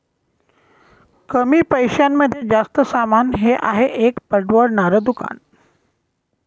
कमी पैशांमध्ये जास्त सामान हे आहे एक परवडणार दुकान